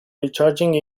recharging